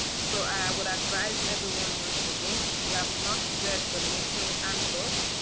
so i would advise everyone once again if you have not read the mentoring handbook,